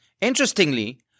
Interestingly